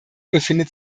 befindet